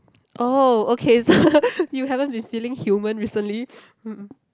oh okay so you haven't been feeling human recently